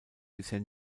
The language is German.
bisher